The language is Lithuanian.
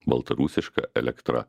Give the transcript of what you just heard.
baltarusiška elektra